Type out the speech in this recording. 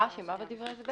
מה יהיה כתוב בדברי ההסבר?